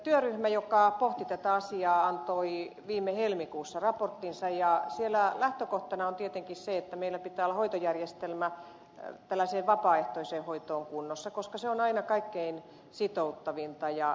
työryhmä joka pohti tätä asiaa antoi viime helmikuussa raporttinsa ja siellä lähtökohtana on tietenkin se että meillä pitää olla hoitojärjestelmä tällaiseen vapaaehtoiseen hoitoon kunnossa koska se on aina kaikkein sitouttavinta ja niin edelleen